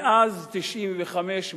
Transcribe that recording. מאז 1995,